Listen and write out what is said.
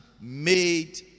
made